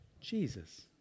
Jesus